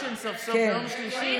סוף-סוף יש אקשן ביום שלישי.